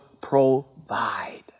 provide